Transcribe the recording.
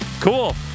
Cool